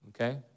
okay